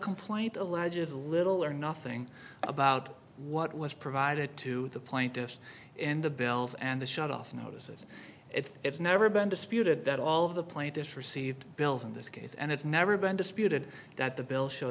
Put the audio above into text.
complaint alleges little or nothing about what was provided to the plaintiffs in the bills and the shutoff notices it's never been disputed that all of the plaintiffs received bills in this case and it's never been disputed that the bill show